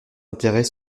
intérêts